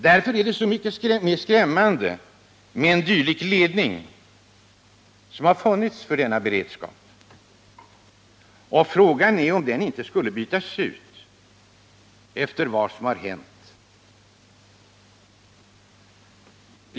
Därför är det så mycket mer skrämmande med en dylik ledning som har funnits för denna beredskap, och frågan är om den inte efter vad som har hänt skulle bytas ut.